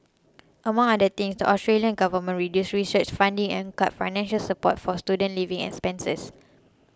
among other things the Australian government reduced research funding and cut financial support for student living expenses